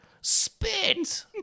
spit